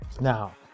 Now